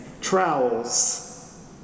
trowels